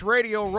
Radio